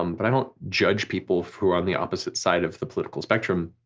um but i don't judge people who are on the opposite side of the political spectrum.